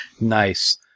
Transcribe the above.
Nice